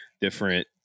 different